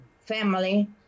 family